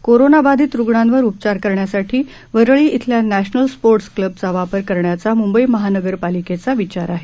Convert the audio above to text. corona बाधित रुग्णांवर उपचार करण्यासाठी वरळी इथल्या नॅशनल स्पोर्ट्स क्लबचा वापर करण्याचा म्ंबई महानगरपालिकेचा विचार आहे